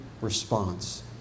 response